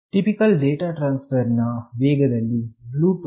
typical data transfer ನ ವೇಗದಲ್ಲಿ blue ಟೂತ್2